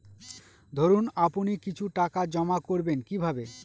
ধরুন আপনি কিছু টাকা জমা করবেন কিভাবে?